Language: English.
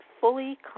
fully